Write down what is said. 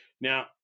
Now